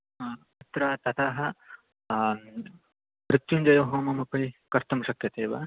हा अत्र ततः मृत्युञ्जयहोममपि कर्तुं शक्यते वा